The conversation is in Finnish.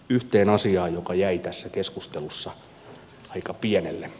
yhteen asiaan joka jäi tässä keskustelussa aika pienelle